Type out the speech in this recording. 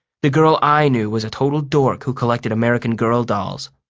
the girl i knew was a total dork who collected american girl dolls.